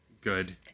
Good